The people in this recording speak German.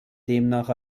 demnach